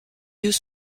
yeux